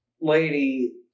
lady